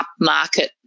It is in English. upmarket